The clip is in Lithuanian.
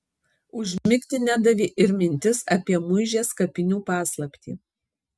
užmigti nedavė ir mintis apie muižės kapinių paslaptį